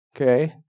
okay